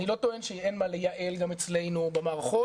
אני לא טוען שאין מה לייעל גם אצלנו במערכות,